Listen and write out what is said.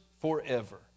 forever